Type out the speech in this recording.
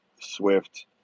Swift